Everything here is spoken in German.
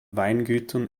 weingütern